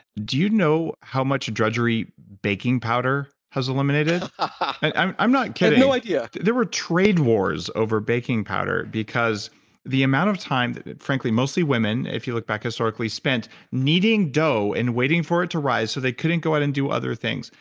do you know how much drudgery baking powder has eliminated? ah ah and i'm i'm not kidding i have no idea there were trade wars over baking powder because the amount of time that, frankly mostly women, if you look back historically, spent kneading dough and waiting for it to rise so they couldn't go out and do other things.